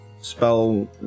spell